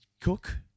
Cook